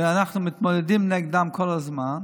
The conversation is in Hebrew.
ואנחנו מתמודדים נגדם כל הזמן.